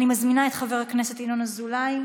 אני מזמינה את חבר הכנסת ינון אזולאי.